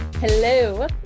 Hello